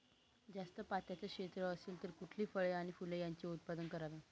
जास्त पात्याचं क्षेत्र असेल तर कुठली फळे आणि फूले यांचे उत्पादन करावे?